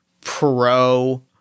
pro